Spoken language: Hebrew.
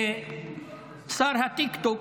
ושר הטיקטוק